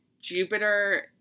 Jupiter